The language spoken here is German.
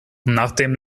nachdem